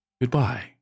Goodbye